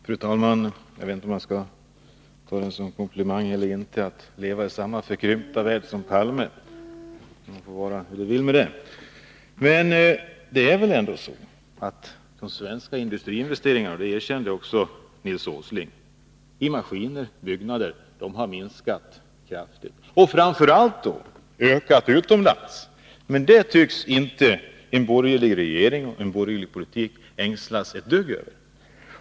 Fru talman! Jag vet inte om jag skall ta industriministerns påstående att jag lever i samma förkrympta värld som Olof Palme som en komplimang eller inte. Det får vara hur det vill med det. De svenska industriinvesteringarna i maskiner och byggnader har minskat kraftigt — det erkände också Nils Åsling — och, framför allt, ökat utomlands. Men det tycks inte en borgerlig regering ängslas ett dugg över.